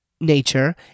nature